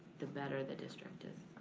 the better the district is.